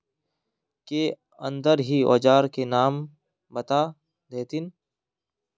के अंदर ही औजार के नाम बता देतहिन?